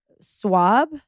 swab